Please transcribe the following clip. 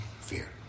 fear